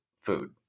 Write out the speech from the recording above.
food